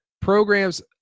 programs